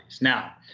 Now